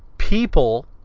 People